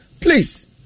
Please